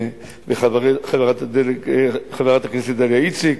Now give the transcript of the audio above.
חברת הכנסת דליה איציק,